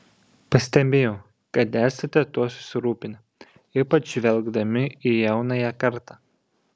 pastebėjau kad esate tuo susirūpinę ypač žvelgdami į jaunąją kartą